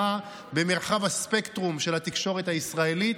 במרחב הספקטרום של התקשורת הישראלית,